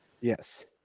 Yes